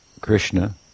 Krishna